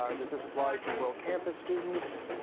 ah does this apply to world campus students?